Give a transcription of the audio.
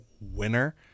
winner